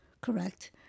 correct